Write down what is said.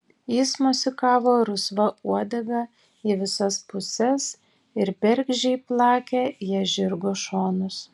jis mosikavo rusva uodega į visas puses ir bergždžiai plakė ja žirgo šonus